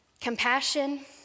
Compassion